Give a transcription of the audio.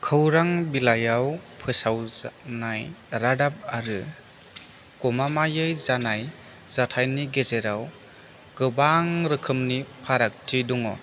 खौरां बिलाइयाव फोसाव जानाय रादाब आरो गमामायै जानाय जाथायनि गेजेराव गोबां रोखोमनि फारागथि दङ